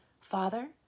Father